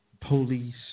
Police